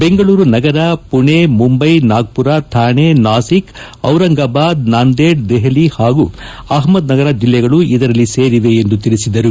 ಬೆಂಗಳೂರು ನಗರ ಪುಣೆ ಮುಂಬ್ಲೆ ನಾಗ್ದರ ಥಾಣೆ ನಾಸಿಕ್ ಚಿರಂಗಬಾದ್ ನಾಂದೇಡ್ ದೆಹಲಿ ಹಾಗೂ ಅಹ್ಲದ್ ನಗರ ಜಿಲ್ಲೆಗಳು ಇದರಲ್ಲಿ ಸೇರಿವೆ ಎಂದು ತಿಳಿಸಿದರು